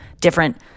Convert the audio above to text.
different